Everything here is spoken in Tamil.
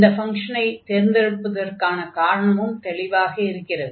இந்த ஃபங்ஷனை தேர்ந்தெடுப்பதற்கான காரணமும் தெளிவாக இருக்கிறது